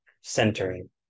centering